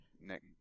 Nick